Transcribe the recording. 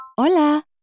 Hola